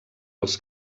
els